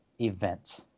event